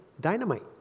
dynamite